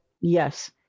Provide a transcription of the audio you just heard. Yes